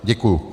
Děkuju.